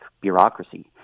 bureaucracy